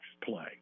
play